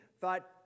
thought